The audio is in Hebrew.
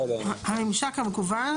הממשק המקוון,